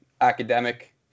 academic